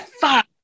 fuck